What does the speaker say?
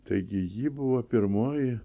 taigi ji buvo pirmoji